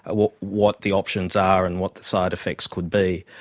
ah what what the options are and what the side-effects could be.